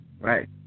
Right